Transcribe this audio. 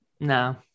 No